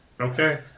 Okay